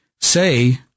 say